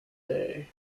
day